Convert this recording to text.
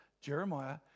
Jeremiah